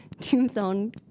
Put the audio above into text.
tombstone